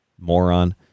Moron